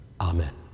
Amen